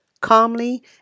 calmly